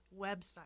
website